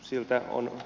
siltä on